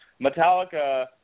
Metallica